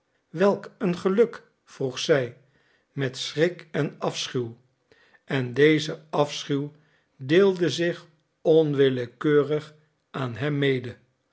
wel een geluk vroeg zij met schrik en afschuw en deze afschuw deelde zich onwillekeurig aan hem mede